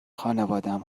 خانوادم